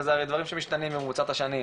וזה הרי דברים שמשתנים במרוצת השנים.